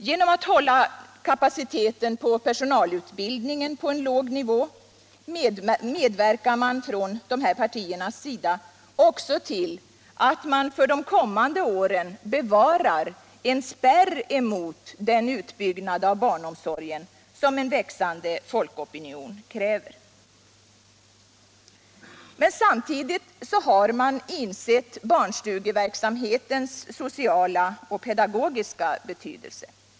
Genom att hålla kapaciteten på personalutbildningen på låg nivå medverkar man från dessa partiers sida också till att för de kommande åren bevara en spärr mot den utbyggnad av barnomsorgen som en växande folkopinion kräver. Samtidigt har man emellertid insett barnstugeverksamhetens sociala och pedagogiska betydelse.